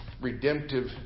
redemptive